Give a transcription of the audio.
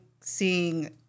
seeing